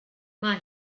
mae